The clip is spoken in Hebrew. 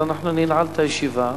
אם הוא לא יהיה אז אנחנו ננעל את הישיבה.